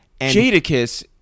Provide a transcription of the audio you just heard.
Jadakiss